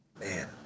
man